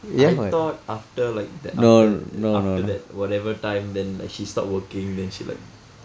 I thought after like the after after that whatever time then like she stopped working then she like